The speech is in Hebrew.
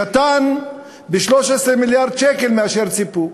קטן ב-13 מיליארד שקל מאשר ציפו.